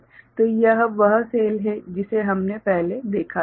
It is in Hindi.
तो यह वह सेल है जिसे हमने पहले देखा था